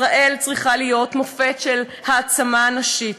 ישראל צריכה להיות מופת של העצמה נשית,